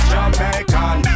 Jamaican